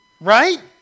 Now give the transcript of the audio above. right